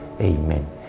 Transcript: Amen